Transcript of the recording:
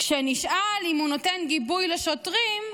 כשנשאל אם הוא נותן גיבוי לשוטרים,